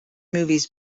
movies